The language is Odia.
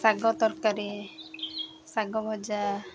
ଶାଗ ତରକାରୀ ଶାଗ ଭଜା